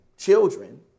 Children